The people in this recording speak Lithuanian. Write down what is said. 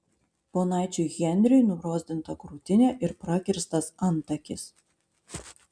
ponaičiui henriui nubrozdinta krūtinė ir prakirstas antakis